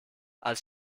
als